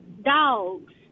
dogs